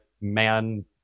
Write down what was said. man